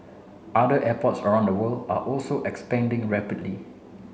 other airports around the world are also expanding rapidly